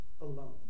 alone